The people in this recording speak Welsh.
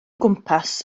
gwmpas